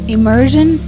Immersion